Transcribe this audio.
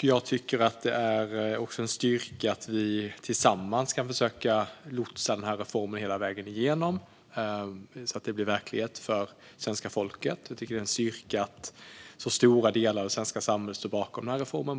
Jag tycker att det är en styrka att vi tillsammans kan försöka lotsa den här reformen hela vägen igenom, så att den blir verklighet för svenska folket. Jag tycker också att det är en styrka att så stora delar av det svenska samhället står bakom reformen.